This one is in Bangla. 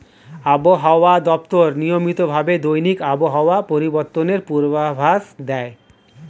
আবহাওয়া দপ্তর নিয়মিত ভাবে দৈনিক আবহাওয়া পরিবর্তনের পূর্বাভাস দেয়